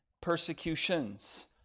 persecutions